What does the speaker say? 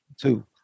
two